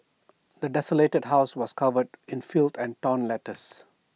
the desolated house was covered in filth and torn letters